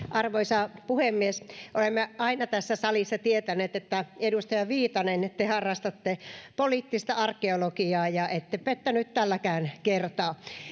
arvoisa puhemies olemme aina tässä salissa tienneet että te edustaja viitanen harrastatte poliittista arkeologiaa ettekä pettänyt tälläkään kertaa